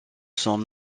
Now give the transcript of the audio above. son